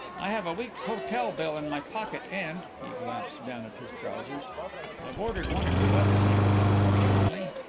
i have a week's hotel bill in my pocket, and he glanced down at his trousers i've ordered one or two other things unfortunately.